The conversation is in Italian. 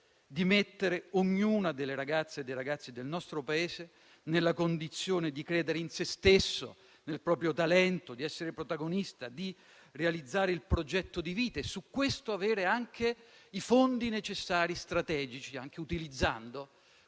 di mettere le ragazze e i ragazzi del nostro Paese nella condizione di credere in se stessi, nel proprio talento, di essere protagonisti e di realizzare il progetto di vita e a questo fine avere anche i fondi necessari strategici, anche utilizzando